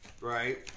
right